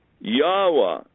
Yahweh